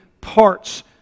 parts